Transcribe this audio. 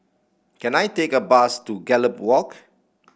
can I take a bus to Gallop Walk